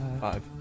Five